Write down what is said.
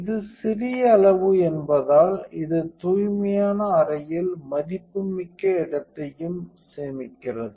இது சிறிய அளவு என்பதால் இது தூய்மையான அறையில் மதிப்புமிக்க இடத்தையும் சேமிக்கிறது